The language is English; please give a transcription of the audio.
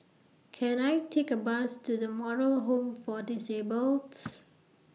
Can I Take A Bus to The Moral Home For Disabled